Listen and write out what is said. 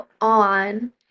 on